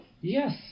Yes